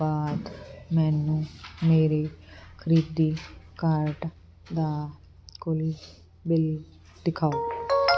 ਬਾਅਦ ਮੈਨੂੰ ਮੇਰੇ ਖਰੀਦੀ ਕਾਰਟ ਦਾ ਕੁੱਲ ਬਿੱਲ ਦਿਖਾਓ